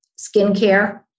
skincare